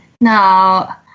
now